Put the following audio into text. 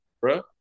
bro